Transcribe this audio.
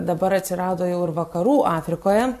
dabar atsirado jau ir vakarų afrikoje